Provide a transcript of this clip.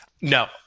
No